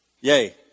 Yay